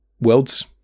world's